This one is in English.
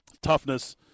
toughness